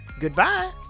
goodbye